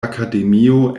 akademio